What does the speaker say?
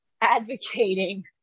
advocating